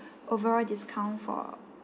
overall discount for